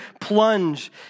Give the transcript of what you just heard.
plunge